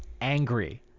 angry